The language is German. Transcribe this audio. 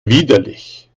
widerlich